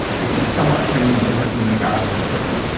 which is somewhat trendy to have in the garden at present,